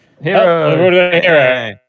Hero